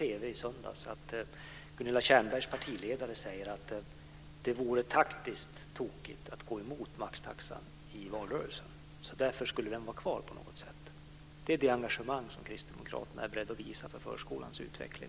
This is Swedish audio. I söndags hörde jag Gunilla Tjernbergs partiledare säga i TV att det vore taktiskt tokigt att gå emot maxtaxan i valrörelsen, så därför skulle man ha kvar den. Det är det engagemang som Kristdemokraterna är beredda att visa för förskolans utveckling.